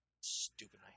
Stupid